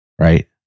right